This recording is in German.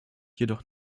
jedoch